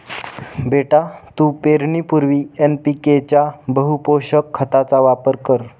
बेटा तू पेरणीपूर्वी एन.पी.के च्या बहुपोषक खताचा वापर कर